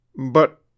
But